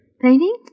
Painting